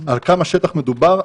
על כמה שטח מדובר?